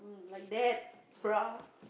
like that bruh